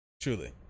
truly